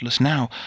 now